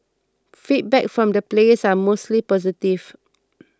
feedback from the players was mostly positive